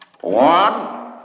One